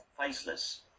faceless